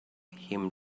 him